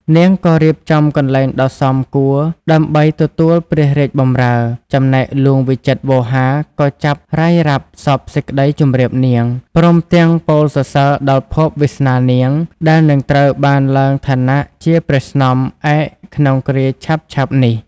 នាងក៏រៀបចំកន្លែងដ៏សមគួរដើម្បីទទួលព្រះរាជបម្រើ ចំណែកហ្លួងវិចិត្រវោហារក៏ចាប់រ៉ាយរ៉ាប់សព្វសេចក្ដីជម្រាបនាង ព្រមទាំងពោលសរសើរដល់ភ័ព្វវាសនានាង ដែលនឹងត្រូវបានឡើងឋានៈជាព្រះស្នំឯកក្នុងគ្រាឆាប់ៗនេះ ។